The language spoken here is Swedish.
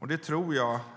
Jag tror